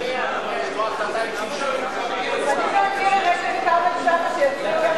לא, צריך להביא את כרמל שאמה שיצביע יחד אתנו.